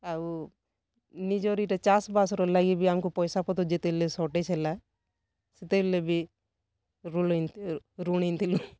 ଆଉ ନିଜର୍ ଇଟା ଚାଷ୍ ବାସ୍ର ଲାଗି ବି ଆମକୁ ପଇସା ପତର୍ ଯେତେବେଲେ ସର୍ଟେଜ୍ ହେଲା ସେତେବେଲେ ବି ଋଣ୍ ଆଣ୍ ଋଣ୍ ଆଣିଥିଲୁ